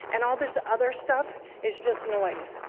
and all this other stuff is just noise.